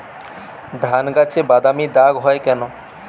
ধানগাছে বাদামী দাগ হয় কেন?